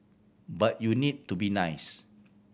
but you need to be nice